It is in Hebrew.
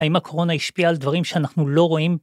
האם הקורונה השפיעה על דברים שאנחנו לא רואים?